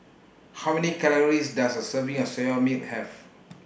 How Many Calories Does A Serving of Soya Milk Have